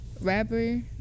Rapper